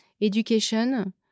education